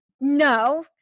no